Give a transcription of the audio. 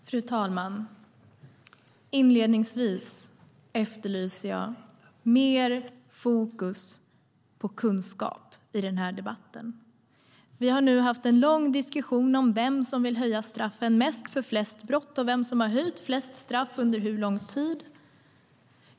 Fru talman! Inledningsvis efterlyser jag mer fokus på kunskap i den här debatten. Vi har nu haft en lång diskussion om vem som vill höja straffen mest för flest brott och vem som har höjt flest straff under hur lång tid.